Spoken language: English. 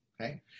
Okay